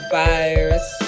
virus